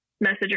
message